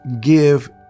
Give